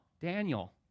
Daniel